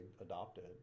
adopted